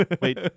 Wait